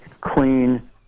clean